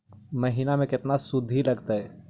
महिना में केतना शुद्ध लगतै?